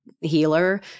healer